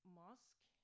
mosque